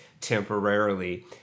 temporarily